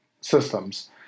systems